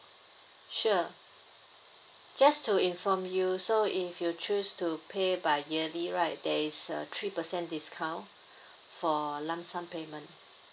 sure just to inform you so if you choose to pay by yearly right there is a three percent discount for lump sum payment